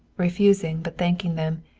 refusing, but thanking them,